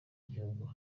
igihugu